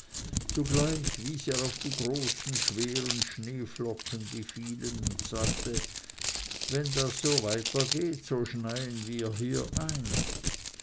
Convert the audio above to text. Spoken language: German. zugleich wies er auf die großen schweren schneeflocken die fielen und sagte wenn das so weitergeht so schneien wir hier ein